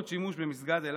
בבקשה.